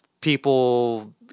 people